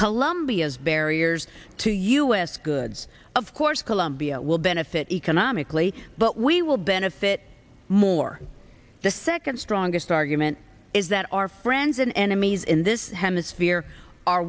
colombia's barriers to u s goods of course colombia will benefit economically but we will benefit more the second strongest argument is that our friends and enemies in this hemisphere are